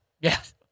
Yes